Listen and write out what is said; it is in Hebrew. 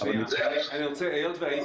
הייתי